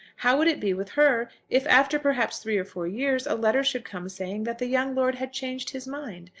how would it be with her if, after perhaps three or four years, a letter should come saying that the young lord had changed his mind,